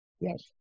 Yes